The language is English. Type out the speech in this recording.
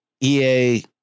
EA